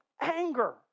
anger